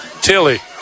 Tilly